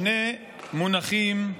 שני מונחים,